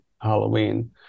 Halloween